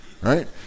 right